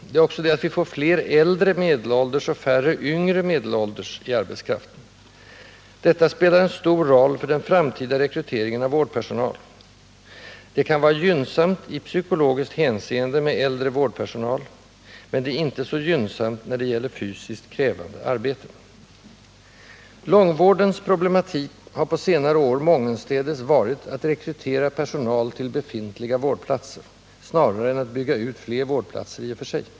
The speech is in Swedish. Det är också det att vi får fler äldre medelålders och färre yngre medelålders i arbetskraften. Detta spelar en stor roll för den framtida rekryteringen av vårdpersonalen. Det kan vara gynnsamt i psykologiskt hänseende med äldre vårdpersonal, men det är inte så gynnsamt när det gäller fysiskt krävande arbeten. Långvårdens problematik har på senare tid mångenstädes varit att rekrytera personal till befintliga vårdplatser snarare än bygga ut fler vårdplatser i och för sig.